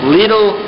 little